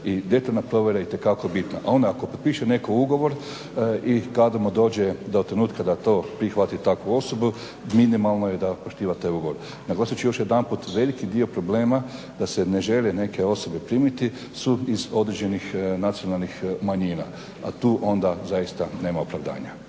i detaljna provjera je itekako bitna. Ako potpiše netko ugovor i kada mu dođe do trenutka da to prihvati takvu osobu, minimalno je da poštiva taj ugovor. Naglasit ću još jedanput, veliki dio problema da se ne želi neke osobe primiti su iz određenih nacionalnih manjina, a tu onda zaista nema opravdanja.